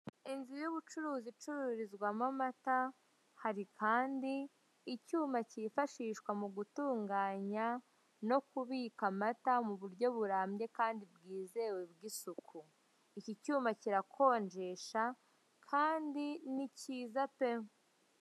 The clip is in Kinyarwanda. Inzu y'ubucuruzi icururizwamo amata hari kandi icyuma kifashishwa mu gutunganya no kubika amata ku buryo burambye kandi bwizewe bw'isuku. Iki cyuma kirakonjesha kandi ni cyiza pe!